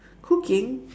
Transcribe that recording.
cooking